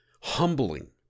humbling